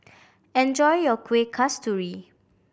enjoy your Kueh Kasturi